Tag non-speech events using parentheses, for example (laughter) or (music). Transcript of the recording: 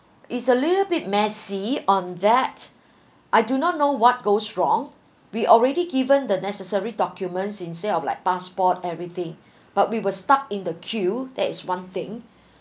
it's a little bit messy on that (breath) I do not know what goes wrong we already given the necessary documents instead of like passport everything (breath) but we were stuck in the queue that is one thing (breath)